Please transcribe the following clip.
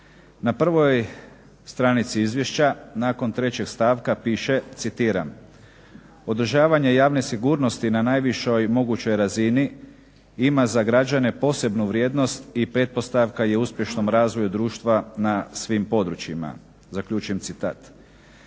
Na prvoj stranici izvješća nakon 3. stavka piše "Održavanje javne sigurnosti na najvišoj mogućoj razini ima za građane posebnu vrijednost i pretpostavka je uspješnom razvoju društva na svim područjima". Naime,